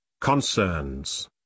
concerns